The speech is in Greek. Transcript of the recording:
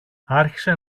άρχισε